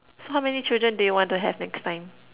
so how many children do you want to have next time